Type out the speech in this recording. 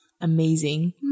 Amazing